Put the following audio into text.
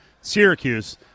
Syracuse